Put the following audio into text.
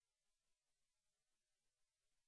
על